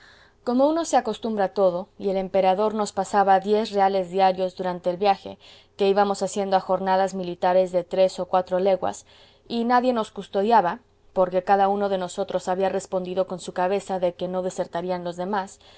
como uno se acostumbra a todo y el emperador nos pasaba diez reales diarios durante el viaje que íbamos haciendo a jornadas militares de tres o cuatro leguas y nadie nos custodiaba porque cada uno de nosotros había respondido con su cabeza de que no desertarían los demás